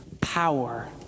power